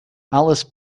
alice